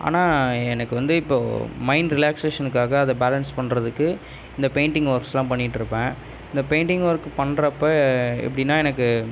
ஆனால் எனக்கு வந்து இப்போ மைண்ட் ரிலாக்ஸேஷனுக்காக அதை பேலன்ஸ் பண்ணுறதுக்கு இந்த பெயிண்ட்டிங் ஒர்க்ஸ்லாம் பண்ணிட்டிருப்பேன் இந்த பெயிண்ட்டிங் ஒர்க் பண்ணுறப்ப எப்படினா எனக்கு